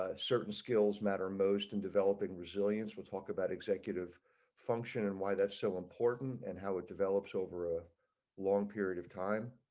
ah certain skills matter most in developing resilience will talk about executive function and why that's so important and how it develops over a long period of time.